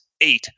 eight